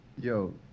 Yo